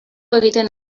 egiten